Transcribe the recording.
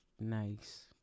Nice